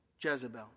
Jezebel